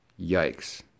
Yikes